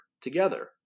together